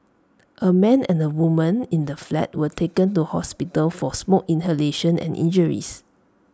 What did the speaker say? A man and A woman in the flat were taken to hospital for smoke inhalation and injuries